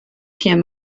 sjen